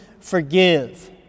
forgive